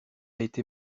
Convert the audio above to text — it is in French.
été